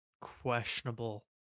questionable